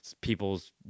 people's